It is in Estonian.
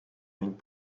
ning